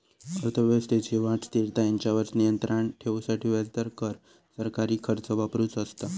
अर्थव्यवस्थेची वाढ, स्थिरता हेंच्यावर नियंत्राण ठेवूसाठी व्याजदर, कर, सरकारी खर्च वापरुचो असता